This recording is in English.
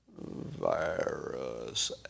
virus